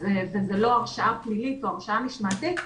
וזאת לא הרשעה פלילית או הרשעה משמעתית,